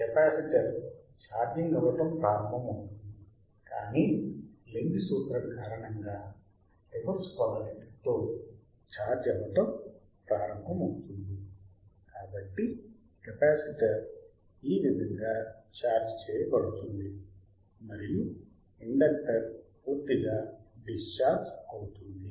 capacitor charging అవ్వటం ప్రారంభమవుతుంది కానీ లెంజ్ సూత్రము కారణంగా రివర్స్ పోలారిటీ తో ఛార్జ్ అవటం ప్రారంభమవుతుంది కాబట్టి కెపాసిటర్ ఈ విధంగా ఛార్జ్ చేయబడుతుంది మరియు ఇండక్టర్ పూర్తిగా డిశ్చార్జ్ అవుతుంది